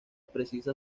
precisa